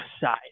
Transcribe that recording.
side